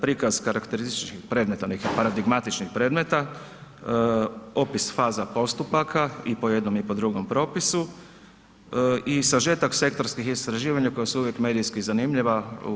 Prikaz karakterističnih … paradigmatičnih predmeta, opis faza postupaka i po jednom i po drugom propisu i sažetak sektorskih istraživanja koja su uvijek medijski zanimljiva.